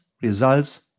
results